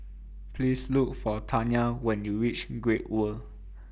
Please Look For Tanya when YOU REACH Great World